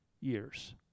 years